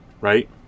right